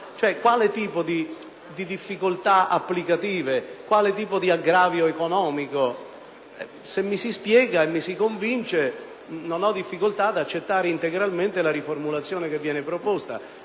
quale tipo di difficolta applicative, quale tipo di aggravio economico esistono? Se mi si spiega cioe mi si convince non ho difficolta ad accettare integralmente la riformulazione che viene proposta,